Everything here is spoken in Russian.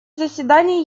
заседание